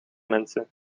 mensen